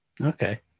Okay